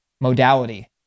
modality